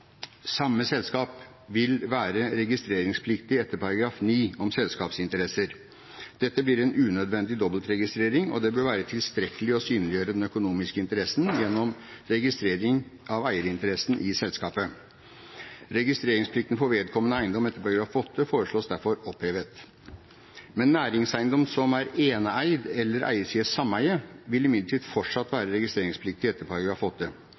Samme selskap vil også være registreringspliktig etter § 9 om selskapssinteresser. Dette blir en unødvendig dobbeltregistrering, og det bør være tilstrekkelig å synliggjøre den økonomiske interessen gjennom registrering av eierinteressen i selskapet. Registreringsplikten for vedkommende eiendom etter § 8 foreslås derfor opphevet. Næringseiendom som er eneeid eller eies i et sameie, vil imidlertid fortsatt være registreringspliktig etter